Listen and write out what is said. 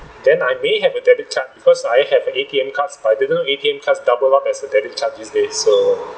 then I may have a debit card because I have a A_T_M card but I didn't know A_T_M cards double up as a debit card these days so